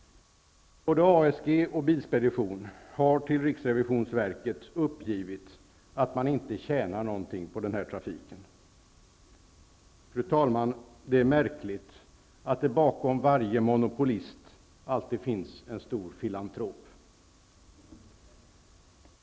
Både ASG och Bilspedition har till RRV uppgivit att de inte tjänar något på trafiken. Fru talman! Det är märkligt att det bakom varje monopolist alltid finns en stor filantrop.